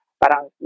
parang